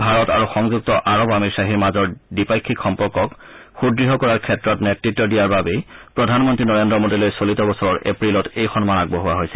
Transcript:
ভাৰত আৰু সংযুক্ত আৰব আমিৰশ্বাহীৰ মাজৰ দ্বিপাফিক সম্পৰ্কক সূদ্য় কৰাৰ ক্ষেত্ৰত নেতৃত্ব দিয়াৰ বাবেই প্ৰধানমন্ত্ৰী নৰেন্দ্ৰ মোদীলৈ চলিত বছৰৰ এপ্ৰিলত এই সন্মান আগবঢ়োৱা হৈছিল